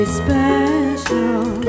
special